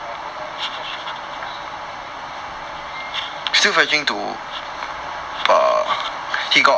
ya because I everday fetch him mah cause you know he beside me ya everyday ah